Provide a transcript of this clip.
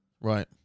Right